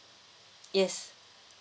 yes